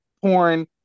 porn